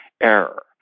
error